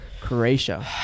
Croatia